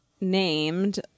named